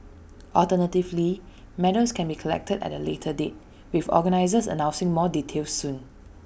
alternatively medals can be collected at A later date with organisers announcing more details soon